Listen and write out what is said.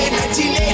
1980